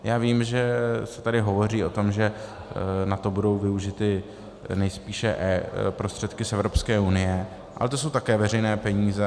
Já vím, že se tady hovoří o tom, že na to budou využity nejspíše prostředky z Evropské unie, ale to jsou také veřejné peníze.